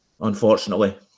unfortunately